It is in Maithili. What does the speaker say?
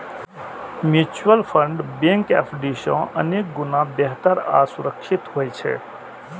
म्यूचुअल फंड बैंक एफ.डी सं अनेक गुणा बेहतर आ सुरक्षित होइ छै